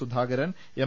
Sudhakaran M